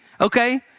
Okay